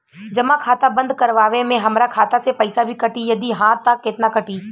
जमा खाता बंद करवावे मे हमरा खाता से पईसा भी कटी यदि हा त केतना कटी?